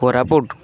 Koraput